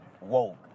woke